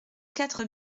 quatre